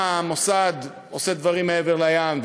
המוסד עושה דברים מעבר לים,